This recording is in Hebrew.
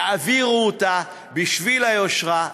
תעבירו אותה בשביל היושרה,